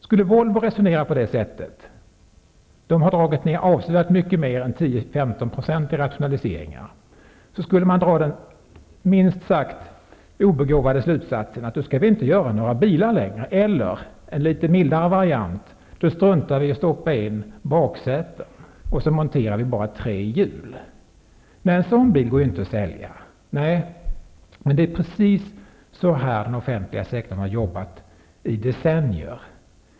Skulle Volvo resonera på det sättet -- där har man dragit ner avsevärt mer än 10--15 % i rationaliseringar -- hade företaget dragit den minst sagt obegåvade slutsatsen att då skulle det inte längre tillverka några bilar eller, enligt en litet mildare variant, strunta i att sätta in baksäten och nöja sig med att montera bara tre hjul. En sådan bil går ju inte att sälja! Nej, men det är precis så den offentliga sektorn har jobbat i decennier.